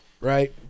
right